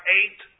eight